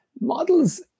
models